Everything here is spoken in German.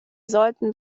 sollten